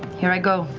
here i go.